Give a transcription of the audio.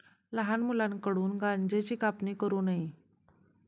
लहान मुलांकडून गांज्याची कापणी करू नये